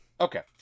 Okay